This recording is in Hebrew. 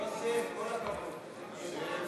הצעת חוק המהנדסים והאדריכלים (תיקון מס' 9) (הוראות